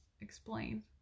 explain